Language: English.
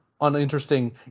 uninteresting